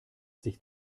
sich